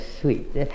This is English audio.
sweet